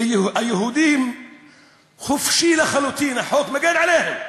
והיהודים חופשיים לחלוטין, החוק מגן עליהם.